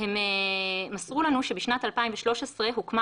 היא תמנה 23 חברים,